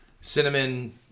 cinnamon